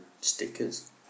Stickers